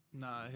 Nah